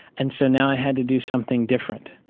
and so now i had to do something different.